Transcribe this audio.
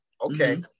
Okay